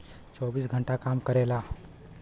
चौबीस घंटा काम करेला